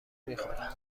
میخورن